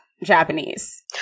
japanese